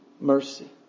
mercy